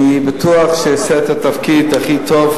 אני בטוח שהוא יעשה את התפקיד הכי טוב,